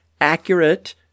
accurate